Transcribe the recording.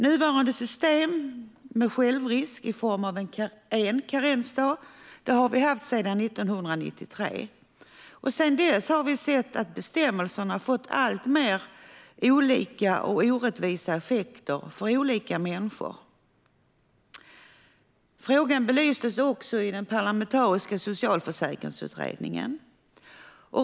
Nuvarande system med självrisk i form av en karensdag har vi haft sedan 1993. Sedan dess har vi sett att bestämmelsen har fått alltmer olika och orättvisa effekter för olika människor. Frågan belyses också i den parlamentariska socialförsäkringsutredningen.